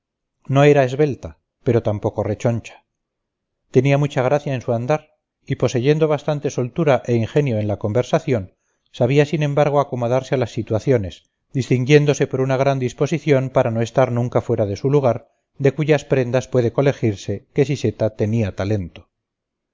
no era esbelta pero tampoco rechoncha tenía mucha gracia en su andar y poseyendo bastante soltura e ingenio en la conversación sabía sin embargo acomodarse a las situaciones distinguiéndose por una gran disposición para no estar nunca fuera de su lugar de cuyas prendas puede colegirse que siseta tenía talento